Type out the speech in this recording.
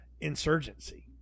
insurgency